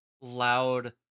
loud